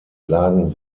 lagen